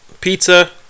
Pizza